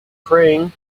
praying